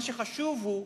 מה שחשוב הוא,